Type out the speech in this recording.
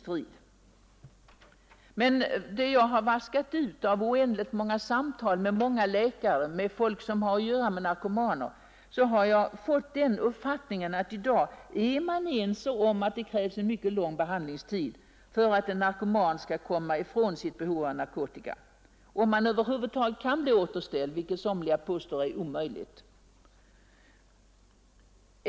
Men av det som jag har vaskat fram vid samtal med många läkare och människor som har att göra med narkomaner har jag fått den uppfattningen att det i dag krävs mycket lång behandlingstid för att en narkoman skall kunna komma ifrån sitt behov av narkotika — om vederbörande över huvud taget kan bli återställd, vilket somliga påstår är omöjligt.